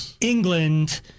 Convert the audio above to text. England